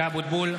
52 התנגדו.